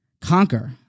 conquer